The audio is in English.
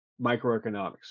microeconomics